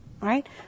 right